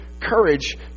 courage